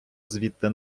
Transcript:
звідти